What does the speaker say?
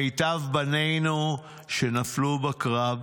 מיטב בנינו שנפלו בקרב,